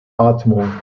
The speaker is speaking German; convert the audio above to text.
atmung